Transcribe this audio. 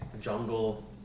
jungle